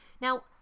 Now